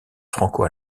franco